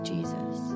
Jesus